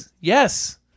Yes